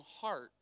heart